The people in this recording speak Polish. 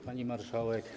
Pani Marszałek!